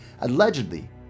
Allegedly